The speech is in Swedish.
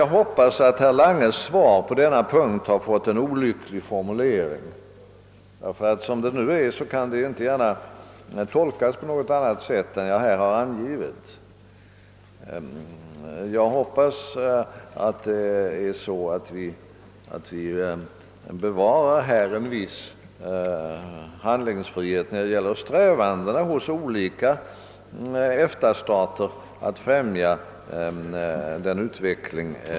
Jag hoppas, herr talman, att herr Langes svar på denna punkt råkat få en olycklig formulering, ty som svaret nu föreligger kan det inte gärna tolkas på något annat sätt än jag gjort. Det är min förhoppning att man bevarar en viss handlingsfrihet i strävandena hos olika EFTA-stater att främja en önskad utveckling.